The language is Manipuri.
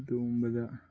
ꯑꯗꯨꯒꯨꯝꯕꯗ